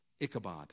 Ichabod